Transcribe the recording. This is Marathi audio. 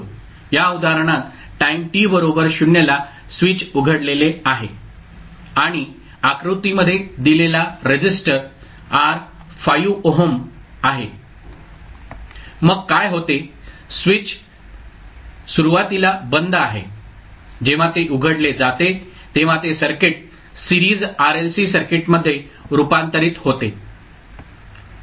या उदाहरणात टाईम t बरोबर 0 ला स्विच उघडलेले आहे आणि आकृतीमध्ये दिलेला रेसिस्टर R 5 ओहम आहे मग काय होते स्विच सुरुवातीला बंद आहे आणि जेव्हा ते उघडले जाते तेव्हा ते सर्किट सीरिज RLC सर्किटमध्ये रूपांतरित होते